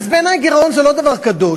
אז בעיני גירעון זה לא דבר קדוש.